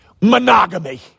Monogamy